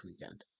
weekend